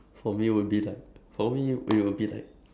for me will be like for me will be like